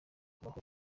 kubaho